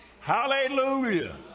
Hallelujah